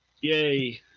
Yay